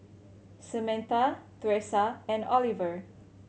Samantha Thresa and Oliver